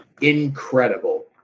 Incredible